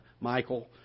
Michael